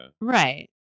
right